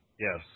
Yes